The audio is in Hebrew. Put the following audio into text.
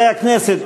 חברי הכנסת,